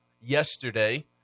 yesterday